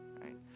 Right